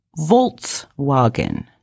Volkswagen